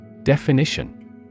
Definition